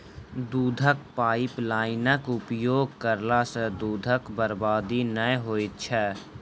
दूधक पाइपलाइनक उपयोग करला सॅ दूधक बर्बादी नै होइत छै